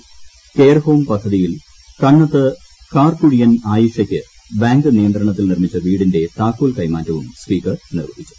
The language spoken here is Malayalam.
കെയർ ഹോം പദ്ധതിയിൽ കണ്ണത്ത് കാർക്കുഴിയൻ ആയിഷക്ക് ബാങ്ക് നിയന്ത്രണത്തിൽ നിർമിച്ച വീടിന്റെ താക്കോൽ കൈമാറ്റവും സ്പീക്കർ നിർവഹിച്ചു